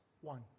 one